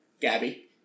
Gabby